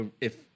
if-